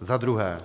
Za druhé je